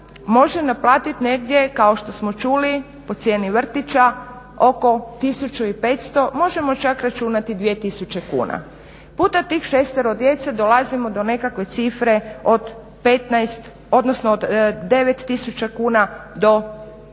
može naplatit negdje kao što smo čuli po cijeni vrtića oko 1500, možemo čak računati 2000 kuna puta tih šestero djece dolazimo do nekakve cifre od 15 odnosno od 9000